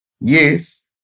Yes